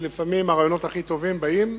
כי לפעמים הרעיונות הכי טובים באים